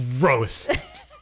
Gross